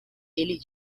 ele